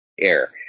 air